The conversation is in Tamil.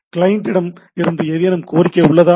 கிளையண்ட் இடமிருந்து ஏதேனும் கோரிக்கை உள்ளதா